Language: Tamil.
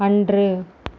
அன்று